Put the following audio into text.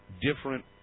different